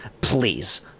Please